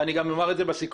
ואני גם אומר את זה בסיכום,